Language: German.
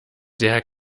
der